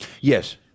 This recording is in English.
Yes